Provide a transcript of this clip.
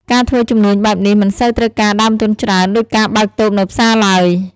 ការធ្វើជំនួញបែបនេះមិនសូវត្រូវការដើមទុនច្រើនដូចការបើកតូបនៅផ្សារឡើយ។